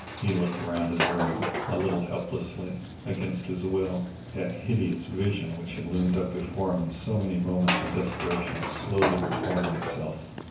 he looked around his room a little helplessly. against his will, that hideous vision which had loomed up before him in so many moments of depression was slowly reforming itself,